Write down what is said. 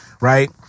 Right